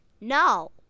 no